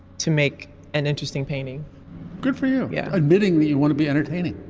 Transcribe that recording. to make an interesting painting good for you. yeah. admitting that you want to be entertaining.